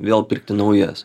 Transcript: vėl pirkti naujas